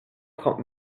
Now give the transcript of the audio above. trente